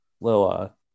little